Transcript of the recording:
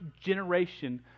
generation